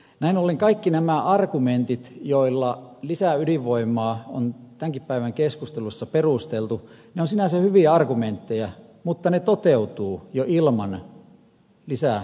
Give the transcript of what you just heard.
näin ollen kaikki nämä argumentit joilla lisäydinvoimaa on tämänkin päivän keskusteluissa perusteltu ovat sinänsä hyviä argumentteja mutta ne toteutuvat jo ilman lisäydinvoimaloita